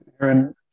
Aaron